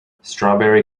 strawberry